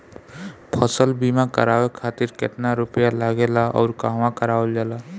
फसल बीमा करावे खातिर केतना रुपया लागेला अउर कहवा करावल जाला?